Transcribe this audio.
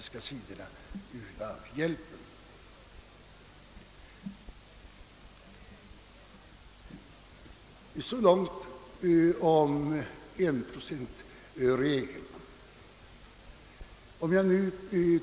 Så långt om enprocentmålet.